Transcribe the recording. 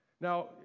Now